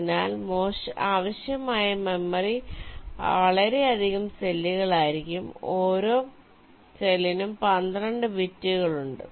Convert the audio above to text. അതിനാൽ ആവശ്യമായ മെമ്മറി വളരെയധികം സെല്ലുകൾ ആയിരിക്കും ഓരോ സെല്ലിനും 12 ബിറ്റുകളുണ്ട്